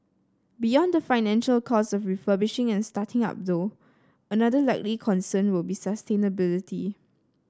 beyond the financial costs of refurbishing and starting up though another likely concern will be sustainability